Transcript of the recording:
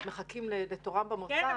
מחכים לתורם במוסד --- כן,